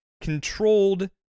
controlled